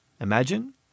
Imagine